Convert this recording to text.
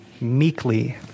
meekly